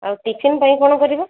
ଆଉ ଟିଫିନ୍ ପାଇଁ କ'ଣ କରିବ